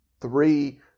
three